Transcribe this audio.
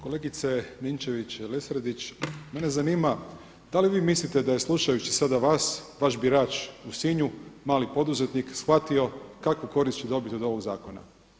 Kolegice Ninčević-Lesandrić, mene zanima da li vi mislite da je slušajući sada vas vaš birač u Sinju mali poduzetnik shvatio kakvu korist će dobit od ovog zakona?